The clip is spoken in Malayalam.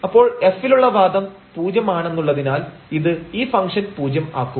അപ്പോൾ f ലുള്ള വാദം പൂജ്യം ആണെന്നുള്ളതിനാൽ ഇത് ഈ ഫംഗ്ഷൻ പൂജ്യം ആക്കും